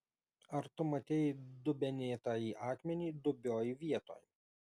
ar tu matei dubenėtąjį akmenį dubioj vietoj